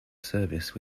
service